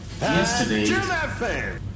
Yesterday